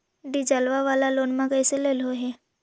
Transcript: डीजलवा वाला लोनवा कैसे लेलहो हे?